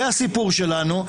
זה הסיפור שלנו.